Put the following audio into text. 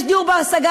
יש דיור בר-השגה.